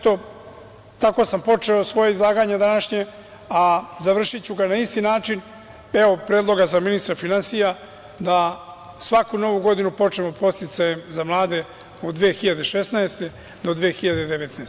Tako sam počeo svoje današnje izlaganje, a završiću ga na isti način, evo predloga za ministra finansija, da svaku novu godinu počnemo podsticajem za mlade od 2016. do 2019.